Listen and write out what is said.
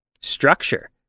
Structure